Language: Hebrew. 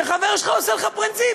שחבר שלך עושה לך פרינציפ.